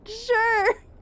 sure